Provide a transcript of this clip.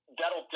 that'll